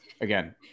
again